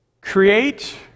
create